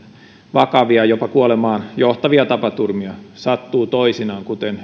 vakavia jopa kuolemaan johtavia tapaturmia sattuu toisinaan kuten